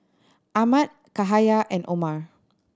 Ahmad Cahaya and Omar